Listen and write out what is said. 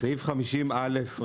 סעיף 50א,